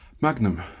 Magnum